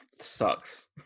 sucks